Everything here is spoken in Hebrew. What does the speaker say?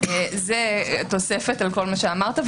זה תוספת על כל מה שאמרת.